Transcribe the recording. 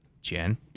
Jen